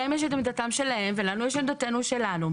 להם יש את עמדתם שלהם ולנו יש את עמדתנו שלנו.